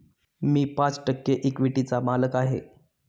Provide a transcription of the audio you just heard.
मी पाच टक्के इक्विटीचा मालक आहे